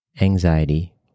anxiety